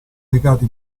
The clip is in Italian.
recato